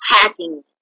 attacking